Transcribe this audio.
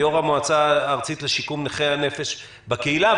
יו"ר המועצה הארצית לשיקום נכי הנפש בקהילה,